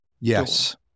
Yes